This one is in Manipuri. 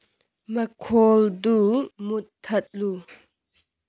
ꯃꯈꯣꯜꯗꯨ ꯃꯨꯊꯠꯂꯨ